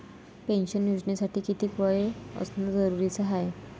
Pension योजनेसाठी कितीक वय असनं जरुरीच हाय?